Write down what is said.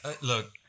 Look